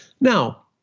Now